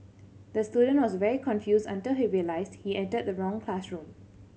the student was very confused until he realised he entered the wrong classroom